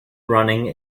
running